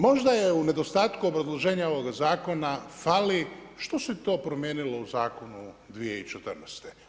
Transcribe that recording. Možda u nedostatku obrazloženja ovoga zakona fali što se to promijenilo u zakonu 2014.